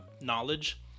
knowledge